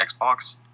Xbox